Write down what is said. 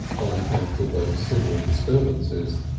on account of those civil disturbances.